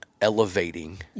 elevating